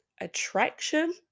attraction